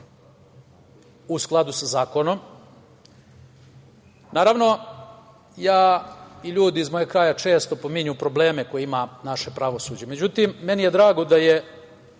u skladu sa zakonom. Naravno, ja i ljudi iz mog kraja često pominjemo probleme koje ima naše pravosuđe, međutim meni je drago da je